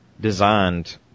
designed